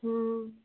हँ